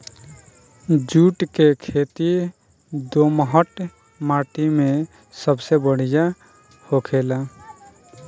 जुट के खेती दोहमट माटी मे सबसे बढ़िया होखेला